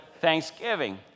thanksgiving